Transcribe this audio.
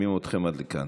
שומעים אתכם עד לכאן.